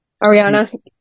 Ariana